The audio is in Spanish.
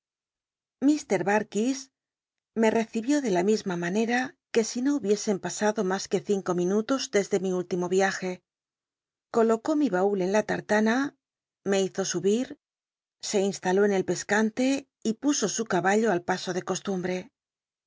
barkis me recibió de la misma mancta que si no hubiesen pasado mas que cinco minutos desde mi último viaje colocó mi baul en la tlu'lana me hizo subir se instaló en el cscante puso su caballo al paso de costumbre